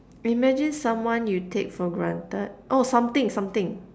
imagine someone you take for granted oh something something